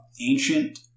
ancient